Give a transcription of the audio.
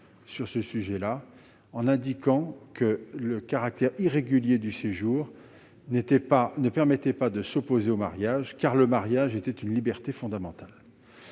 très clairement, en indiquant que le caractère irrégulier du séjour ne permettait pas de s'opposer au mariage, car ce dernier constitue une liberté fondamentale.